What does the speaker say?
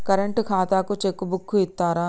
Current ఖాతాకు cheque book ఇత్తరా?